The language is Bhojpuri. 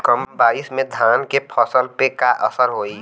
कम बारिश में धान के फसल पे का असर होई?